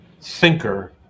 thinker